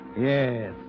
Yes